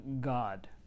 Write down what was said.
God